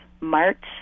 March